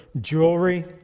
jewelry